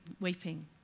weeping